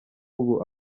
ubu